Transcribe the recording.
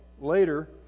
later